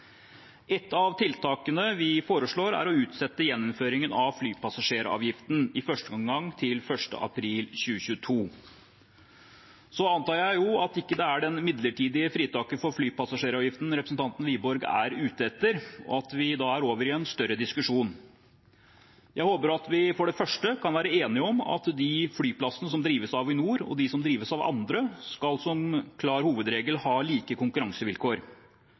Et av tiltakene vi foreslår, er å utsette gjeninnføringen av flypassasjeravgiften, i første omgang til 1. april 2022. Jeg antar at det ikke er det midlertidige fritaket for flypassasjeravgiften representanten Wiborg er ute etter, og at vi da er over i en større diskusjon. Jeg håper at vi for det første kan være enige om at de flyplassene som drives av Avinor, og de som drives av andre, som klar hovedregel skal ha like konkurransevilkår.